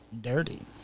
dirty